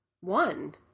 One